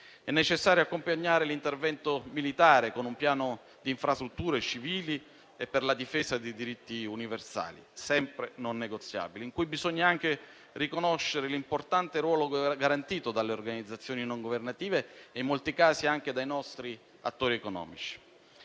È necessario accompagnare l'intervento militare con un piano di infrastrutture civili e per la difesa dei diritti universali, sempre non negoziabili, in cui bisogna anche riconoscere l'importante ruolo garantito dalle organizzazioni non governative e, in molti casi, anche dai nostri attori economici.